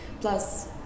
plus